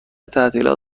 تعطیلات